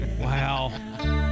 Wow